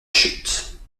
chute